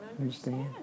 understand